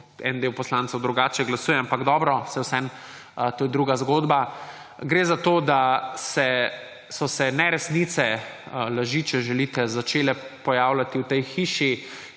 en del poslancev drugače glasuje ‒ ampak dobro, saj je vseeno. To je druga zgodba. Gre za to, da so se neresnice, laži, če želite, začele pojavljati v tej hiši